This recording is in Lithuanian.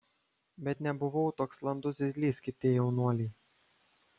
bet nebuvau toks landus zyzlys kaip tie jaunuoliai